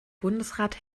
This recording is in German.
bundesrat